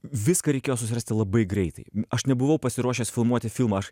viską reikėjo susirasti labai greitai aš nebuvau pasiruošęs filmuoti filmą aš